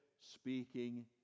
speaking